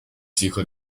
集合